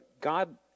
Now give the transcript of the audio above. God